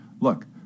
Look